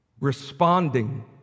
responding